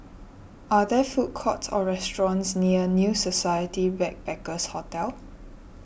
are there food courts or restaurants near New Society Backpackers' Hotel